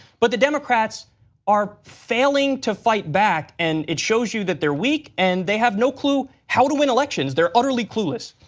but the democrats are failing to fight back, and it shows you that they are weak and they have no clue how to win elections, they are utterly clueless.